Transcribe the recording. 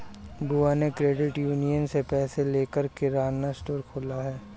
बुआ ने credit union से पैसे लेकर किराना स्टोर खोला है